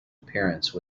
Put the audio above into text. appearance